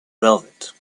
velvet